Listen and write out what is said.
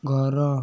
ଘର